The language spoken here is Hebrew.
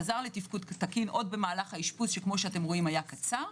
חזר לתפקוד תקין עוד במהלך האשפוז שהיה קצר.